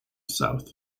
south